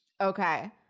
Okay